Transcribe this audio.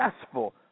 successful